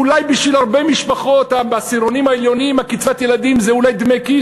אולי בשביל הרבה משפחות בעשירונים העליונים קצבת הילדים זה דמי כיס,